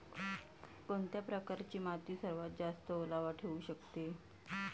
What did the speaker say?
कोणत्या प्रकारची माती सर्वात जास्त ओलावा ठेवू शकते?